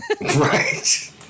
Right